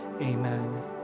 Amen